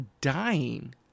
dying